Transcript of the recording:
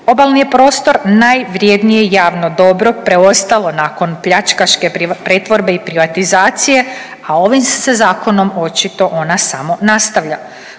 Obalni je prostor najvrijednije javno dobro preostalo nakon pljačkaške pretvorbe i privatizacije, a ovim se zakonom očito ona samo nastavlja.